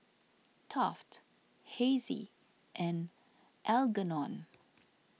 Taft Hessie and Algernon